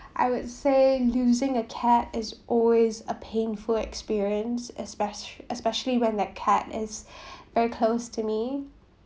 I would say losing a cat is always a painful experience espe~ especially when that cat is very close to me